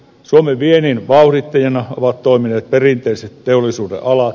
suomen viennin vauhdittajina ovat toimineet perinteiset teollisuudenalat